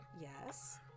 Yes